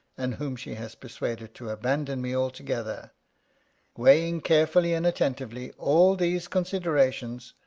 and whom she has persuaded to abandon me altogether weighing carefully and attentively all these con siderations,